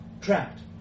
trapped